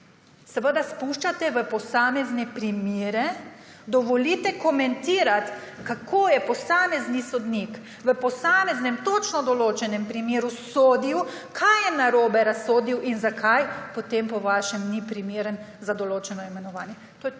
spuščate v posamezne primere, dovolite komentirati, kako je posamezni sodnik v posameznem točno določenem primeru sodil, kaj je narobe razsodil in zakaj potem po vašem ni primeren za določeno imenovanje.